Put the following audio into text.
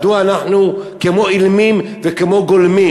מדוע אנחנו כמו אילמים וכמו גלמים?